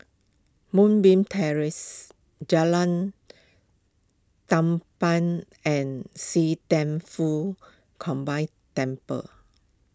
Moonbeam Terrace Jalan Tampang and See Thian Foh Combined Temple